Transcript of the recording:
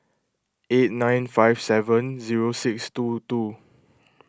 eight nine five seven zero six two two